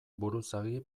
buruzagi